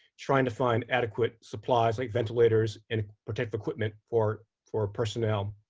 trying to find adequate supplies like ventilators and protective equipment for for personnel.